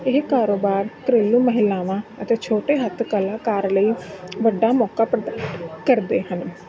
ਇਹ ਕਾਰੋਬਾਰ ਘਰੇਲੂ ਮਹਿਲਾਵਾਂ ਅਤੇ ਛੋਟੇ ਹੱਥ ਕਲਾਕਾਰ ਲਈ ਵੱਡਾ ਮੌਕਾ ਪ੍ਰਦਾਨ ਕਰਦੇ ਹਨ